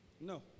no